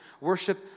worship